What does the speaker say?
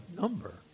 number